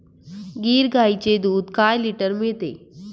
गीर गाईचे दूध काय लिटर मिळते?